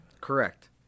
Correct